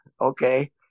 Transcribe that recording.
okay